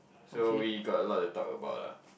so we got a lot to talk about lah